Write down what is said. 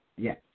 Yes